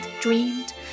dreamed